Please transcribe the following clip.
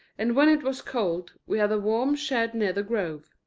and when it was cold we had a warm shed near the grove.